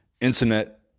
internet